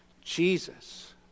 Jesus